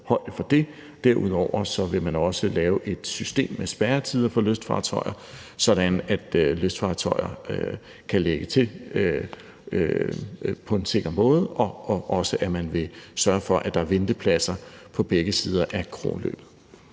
Derudover vil man også lave et system med spærretider for lystfartøjer, sådan at lystfartøjer kan lægge til på en sikker måde, og man vil også sørge for, at der er ventepladser på begge sider af Kronløbet.